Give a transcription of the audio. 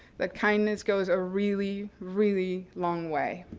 that kindness goes a really, really long way.